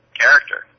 character